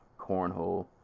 cornhole